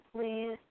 please